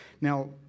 Now